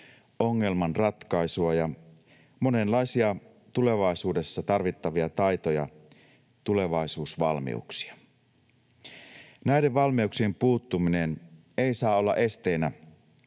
ongelmanratkaisua ja monenlaisia tulevaisuudessa tarvittavia taitoja, tulevaisuusvalmiuksia. Näiden valmiuksien puuttuminen ei saa olla esteenä,